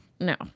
No